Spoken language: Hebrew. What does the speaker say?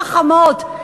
חכמות,